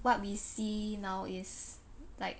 what we see now is like